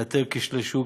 לאתר כשלי שוק,